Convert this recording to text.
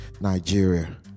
Nigeria